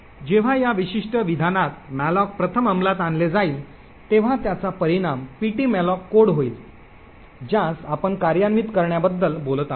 जेव्हा या विशिष्ट विधानात malloc प्रथम अंमलात आणले जाईल तेव्हा त्याचा परिणाम ptmalloc कोड होईल ज्यास आपण कार्यान्वित करण्याबद्दल बोलत आहोत